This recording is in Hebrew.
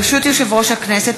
ברשות יושב-ראש הכנסת,